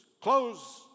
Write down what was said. Close